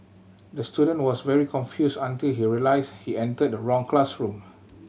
the student was very confused until he realised he entered the wrong classroom